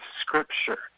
Scripture